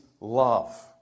love